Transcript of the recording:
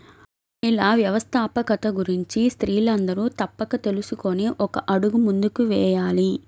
మహిళా వ్యవస్థాపకత గురించి స్త్రీలందరూ తప్పక తెలుసుకొని ఒక అడుగు ముందుకు వేయాలి